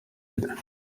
impeta